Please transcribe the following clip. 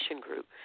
group